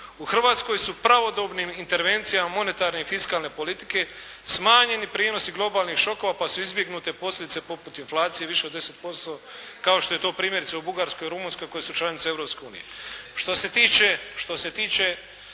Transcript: U Hrvatskoj su pravodobnim intervencijama monetarne i fiskalne politike smanjeni prijenosi globalnih šokova pa su izbjegnute posljedice poput inflacije više od 10% kao što je to primjerice u Bugarskoj, u Rumunjskoj koje su članice Europske